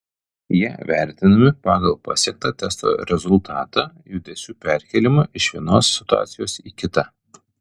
jie vertinami pagal pasiektą testo rezultatą judesių perkėlimą iš vienos situacijos į kitą